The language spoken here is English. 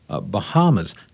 Bahamas